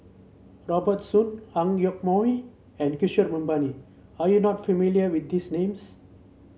Robert Soon Ang Yoke Mooi and Kishore Mahbubani are you not familiar with these names